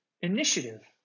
initiative